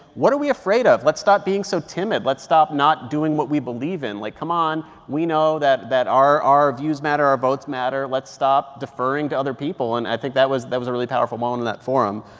what are we afraid of? let's stop being so timid. let's stop not doing what we believe in. like, come on. we know that that our our views matter. our votes matter. let's stop deferring to other people. and i think that was that was a really powerful moment in that forum